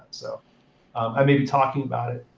so i may be talking about it,